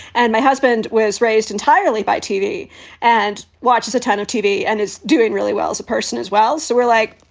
and my husband was raised entirely by tv and watches a ton of tv and it's doing really well as a person as well. so we're like,